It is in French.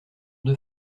deux